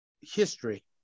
history